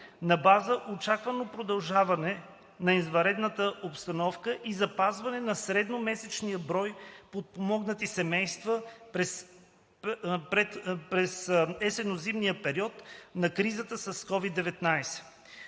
на база очаквано продължаване на извънредната епидемична обстановка и запазване на средномесечния брой подпомогнати семейства през предходния есенно-зимен период на кризата с COVID-19.